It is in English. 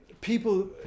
people